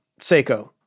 Seiko